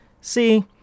See